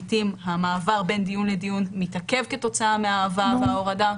המעבר בין דיון לדיון מתעכב לעיתים כתוצאה מההבאה וההורדה.